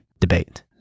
debate